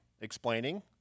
explaining